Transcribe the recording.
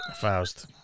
Faust